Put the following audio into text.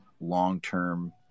long-term